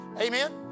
Amen